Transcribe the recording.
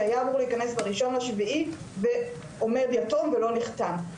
שהיה אמור להיכנס ב-1.7 ועומד יתום ולא נחתם.